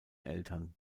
eltern